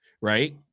right